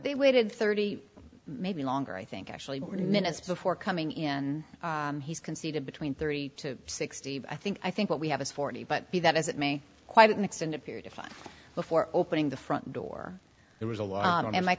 they waited thirty maybe longer i think actually more minutes before coming in he's conceded between thirty to sixty but i think i think what we have is forty but be that as it may quite an extended period of time before opening the front door there was a l